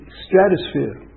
stratosphere